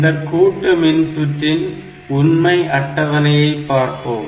இந்த கூட்டு மின்சுற்றின் உண்மை அட்டவணையை பார்ப்போம்